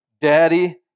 Daddy